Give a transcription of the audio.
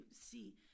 see